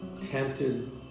tempted